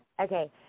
Okay